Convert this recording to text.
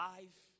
Life